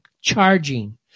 charging